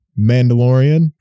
Mandalorian